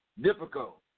difficult